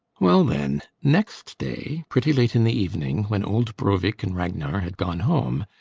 well then, next day, pretty late in the evening, when old brovik and ragnar had gone home,